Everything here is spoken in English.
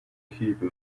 cube